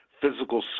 physical